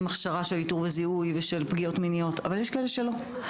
הכשרה של איתור וזיהוי של פגיעות מיניות אבל יש כאלה שלא.